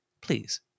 please